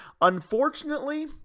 Unfortunately